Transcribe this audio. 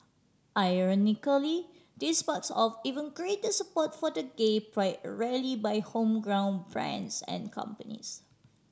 ironically this sparks off even greater support for the gay pride rally by homegrown brands and companies